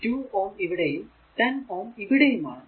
അതിൽ 2Ω ഇവിടെയും 10Ω ഇവിടെയും ആണ്